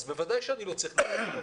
בוודאי שאני לא צריך לשלם עבורו.